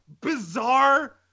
bizarre